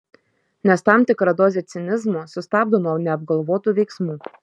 nes tam tikra dozė cinizmo sustabdo nuo neapgalvotų veiksmų